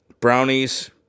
Brownies